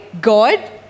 God